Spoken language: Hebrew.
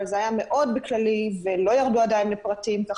אבל זה היה מאוד כללי ולא ירדו לפרטים כך